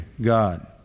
God